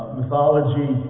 mythology